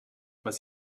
weil